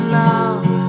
love